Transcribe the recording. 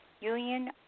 Union